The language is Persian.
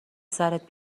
سرت